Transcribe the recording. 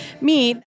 meet